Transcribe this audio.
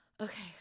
Okay